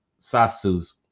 Sasu's